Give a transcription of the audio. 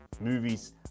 Movies